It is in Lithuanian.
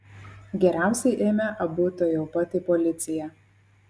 geriausiai eime abu tuojau pat į policiją